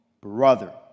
brother